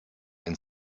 and